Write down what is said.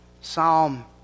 psalm